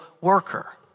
worker